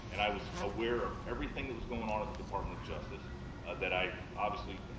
and i was aware of everything that was going on at the department of justice that i obviously,